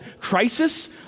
Crisis